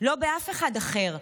לא באף אחד אחר.